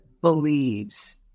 believes